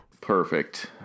Perfect